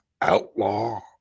outlaw